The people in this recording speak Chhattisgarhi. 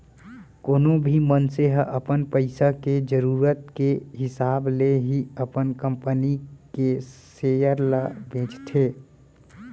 कोनो भी मनसे ह अपन पइसा के जरूरत के हिसाब ले ही अपन कंपनी के सेयर ल बेचथे